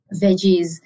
veggies